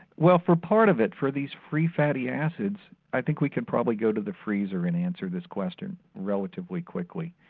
well for part of it, for these free fatty acids i think we could probably go to the freezer and answer this question relatively quickly.